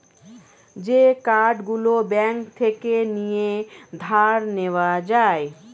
যে কার্ড গুলো ব্যাঙ্ক থেকে নিয়ে ধার নেওয়া যায়